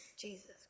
Jesus